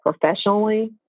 professionally